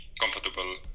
comfortable